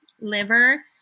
liver